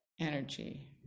energy